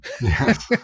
Yes